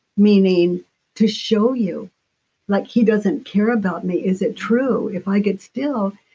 meaning to show you like, he doesn't care about me, is it true? if i could still.